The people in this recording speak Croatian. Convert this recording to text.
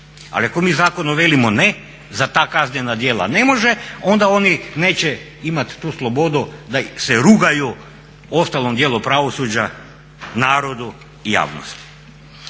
Ali ako mi zakonom velimo ne za ta kaznena djela ne može, onda oni neće imat tu slobodu da se rugaju ostalom dijelu pravosuđa, narodu i javnosti.